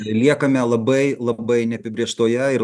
liekame labai labai neapibrėžtoje ir